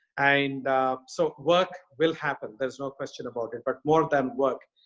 and so work will happen, there's no question about it. but more than work,